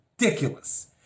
ridiculous